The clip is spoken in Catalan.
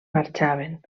marxaven